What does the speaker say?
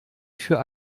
für